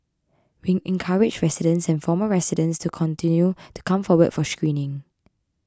we encourage residents and former residents to continue to come forward for screening